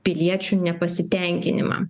piliečių nepasitenkinimą